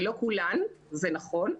ולא כולן, זה נכון.